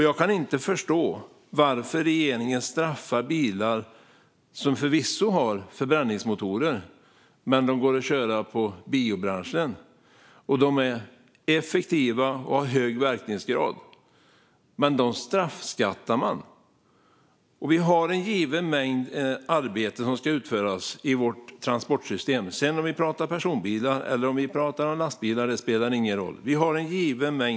Jag kan inte förstå varför regeringen straffar bilar som förvisso har förbränningsmotorer men kan köras på biobränslen. De är effektiva och har hög verkningsgrad. Men dessa straffbeskattas. Vi har en given mängd arbete som ska utföras i vårt transportsystem, oavsett om vi pratar personbilar eller lastbilar.